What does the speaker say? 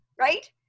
right